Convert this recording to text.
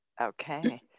Okay